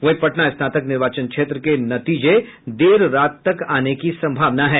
वहीं पटना स्नातक निर्वाचन क्षेत्र के नतीजे देर रात तक आने की संभावना है